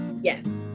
yes